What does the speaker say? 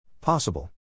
Possible